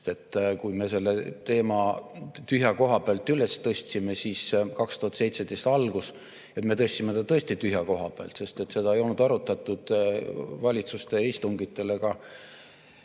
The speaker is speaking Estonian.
Kui me selle teema tühja koha pealt üles tõstsime, 2017. aasta alguses, siis me tõstsime ta tõesti üles tühja koha pealt, sest seda ei olnud arutatud valitsuse istungitel ega